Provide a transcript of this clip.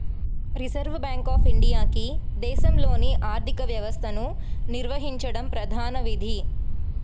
reserve bank of ఇండియాకి దేశంలోని ఆర్థిక వ్యవస్థను నిర్వహించడం ప్రధాన విధి